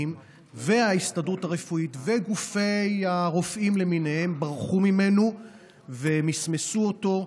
וההסתדרות הרפואית וגופי הרופאים למיניהם ברחו ממנו ומסמסו אותנו,